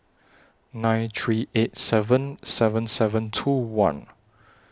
nine three eight seven seven seven two one